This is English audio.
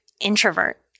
introvert